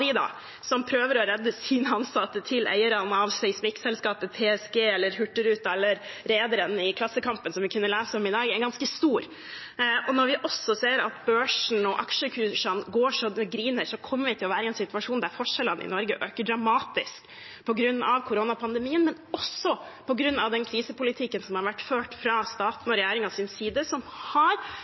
som prøver å redde sine ansatte, til eierne av seismikkselskapet PGS, Hurtigruten eller rederen som vi kunne lese om i Klassekampen i dag, ganske lang. Når vi også ser at børsen og aksjekursene går så det griner, kommer vi til å være i en situasjon der forskjellene i Norge øker dramatisk på grunn av koronapandemien, men også på grunn av den krisepolitikken som har vært ført fra staten og regjeringens side, som har